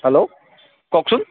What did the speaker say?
hello কওকচোন